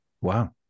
Wow